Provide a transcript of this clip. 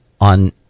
on